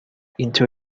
into